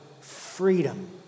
freedom